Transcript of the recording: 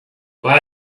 but